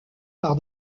par